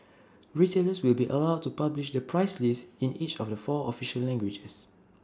retailers will be allowed to publish the price list in each of the four official languages